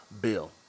bill